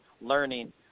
learning